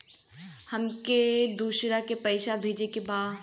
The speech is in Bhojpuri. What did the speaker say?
हमके दोसरा के पैसा भेजे के बा?